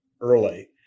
early